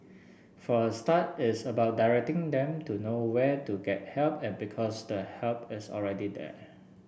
for a start it's about directing them to know where to get help and because the help is already there